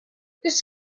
this